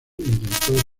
intentó